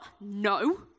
No